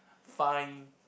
fine